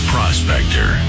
Prospector